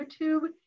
YouTube